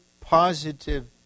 positive